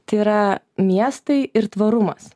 tai yra miestai ir tvarumas